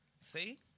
See